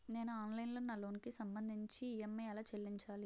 నేను ఆన్లైన్ లో నా లోన్ కి సంభందించి ఈ.ఎం.ఐ ఎలా చెల్లించాలి?